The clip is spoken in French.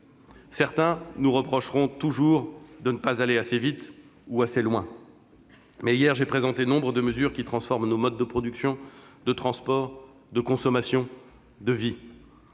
Certains nous reprocheront toujours de ne pas aller assez vite ou assez loin, mais, hier, j'ai présenté nombre de mesures qui transforment nos modes de production, de transport, de consommation, de vie.